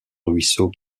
ruisseau